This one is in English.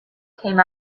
came